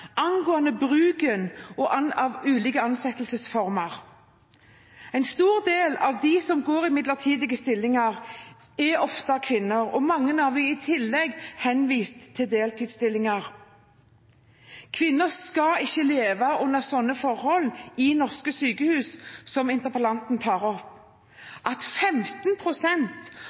av ulike ansettelsesformer. En stor del av dem som går i midlertidige stillinger, er kvinner, og mange av dem er i tillegg henvist til deltidsstillinger. Kvinner skal ikke leve under sånne forhold i norske sykehus som interpellanten tar opp.